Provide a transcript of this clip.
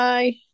Bye